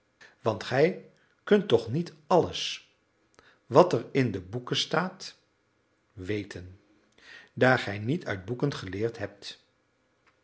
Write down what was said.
want gij kunt toch niet alles wat er in de boeken staat weten daar gij niet uit boeken geleerd hebt